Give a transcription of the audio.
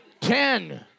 Ten